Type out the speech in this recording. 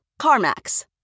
CarMax